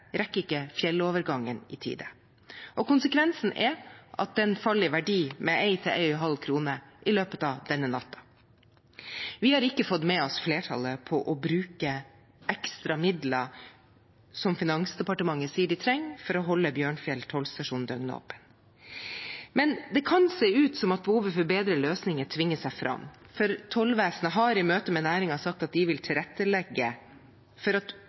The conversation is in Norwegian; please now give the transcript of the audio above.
rekker ikke fjellovergangen i tide. Konsekvensen er at den faller i verdi med 1–1,50 kr i løpet av denne natten. Vi har ikke fått med oss flertallet på å bruke ekstra midler som Finansdepartementet sier de trenger for å holde Bjørnfjell tollstasjon døgnåpen. Men det kan se ut til at behovet for bedre løsninger tvinger seg fram, for tollvesenet har i møte med næringen sagt at de vil tilrettelegge det slik at